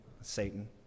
Satan